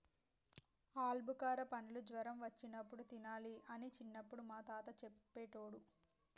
ఆల్బుకార పండ్లు జ్వరం వచ్చినప్పుడు తినాలి అని చిన్నపుడు మా తాత చెప్పేటోడు